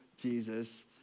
Jesus